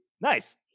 Nice